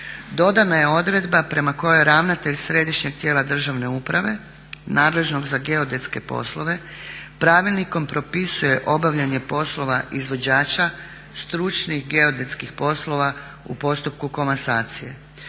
Dodana je odredba prema kojoj ravnatelj Središnjeg tijela države uprave nadležnog za geodetske poslove pravilnikom propisuje obavljanje poslova izvođača, stručnih geodetskih poslova u postupku komasacije.